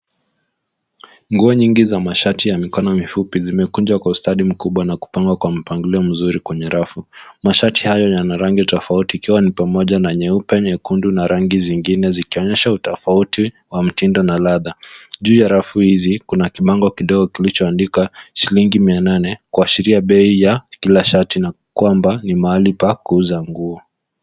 Nguo nyingi za mashati ya mikono mifupi zimekunjwa kwa ustadi mkubwa na kupangwa kwa mpangilio mzuri kwenye rafu. Mashati hayo yana rangi tofauti ikiwa ni pamoja na nyeupe, nyekundu na rangi zingine zikionyesha utofauti wa mtindo na ladha. Juu ya rafu hizi kuna kibango kidogo kilichoandikwa shilingi mia nane kuashiria bei ya kila shati na kwamba ni mahali pa kuuza nguo.